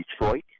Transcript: Detroit